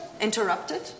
interrupted